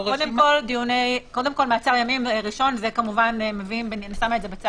אבל ברור שמי שמוביל מבחינת התיעדוף זה החלק המשפטי יותר.